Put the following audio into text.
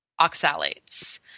oxalates